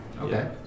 Okay